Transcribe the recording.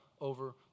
over